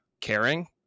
caring